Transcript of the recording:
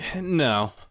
No